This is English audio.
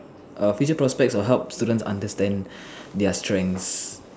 err future prospects will help students understand their strengths